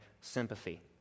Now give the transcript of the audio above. sympathy